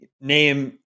name